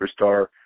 superstar